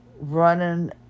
running